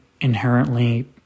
inherently